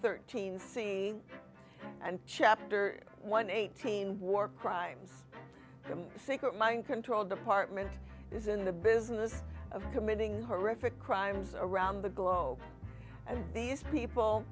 thirteen see and chapter one eighteen war crimes secret mind control department is in the business of committing horrific crimes around the globe and these people